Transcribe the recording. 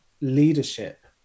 leadership